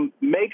Make